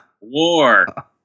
war